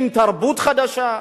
עם תרבות חדשה.